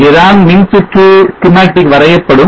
இங்கேதான் மின்சுற்று schematic வரையப்படும்